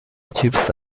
چیپس